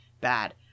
bad